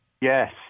Yes